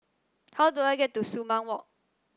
how do I get to Sumang Walk